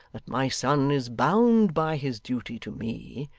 that my son is bound by his duty to me,